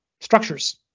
structures